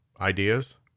ideas